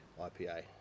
IPA